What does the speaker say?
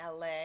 LA